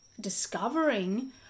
discovering